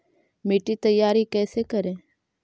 मिट्टी तैयारी कैसे करें?